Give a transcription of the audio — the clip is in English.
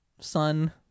son